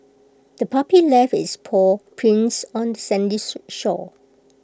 the puppy left its paw prints on the sandy shore